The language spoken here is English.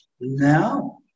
now